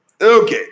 Okay